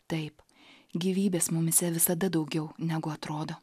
taip gyvybės mumyse visada daugiau negu atrodo